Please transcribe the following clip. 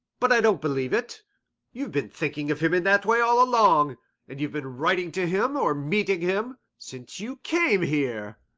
but i don't believe it you've been thinking of him in that way all along and you've been writing to him, or meeting him, since you came here.